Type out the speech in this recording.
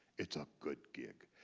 it's a good gig.